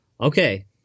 Okay